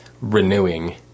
renewing